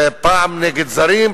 פעם נגד זרים,